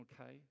Okay